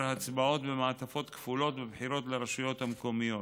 ההצבעות במעטפות כפולות בבחירות לרשויות המקומיות.